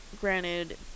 granted